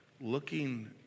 looking